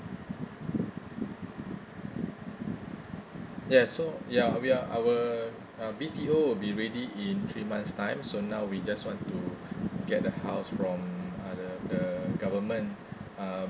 yes so ya we are our uh B T O will be ready in three months time so now we just want to get the house from uh the the government uh